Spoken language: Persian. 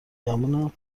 گمونم